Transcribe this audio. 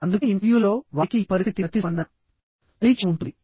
అందుకే ఇంటర్వ్యూలలోవారికి ఈ పరిస్థితి ప్రతిస్పందన పరీక్ష ఉంటుంది